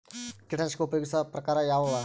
ಕೀಟನಾಶಕ ಉಪಯೋಗಿಸೊ ಪ್ರಕಾರ ಯಾವ ಅವ?